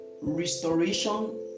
restoration